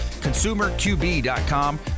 ConsumerQB.com